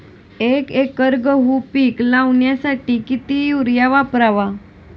एक एकर गहू पीक लावण्यासाठी किती युरिया वापरावा?